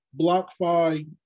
BlockFi